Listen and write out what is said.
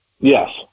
Yes